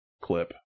clip